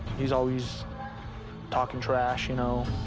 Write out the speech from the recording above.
he's always talking trash you know.